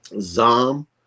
Zom